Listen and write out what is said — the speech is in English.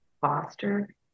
foster